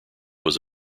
was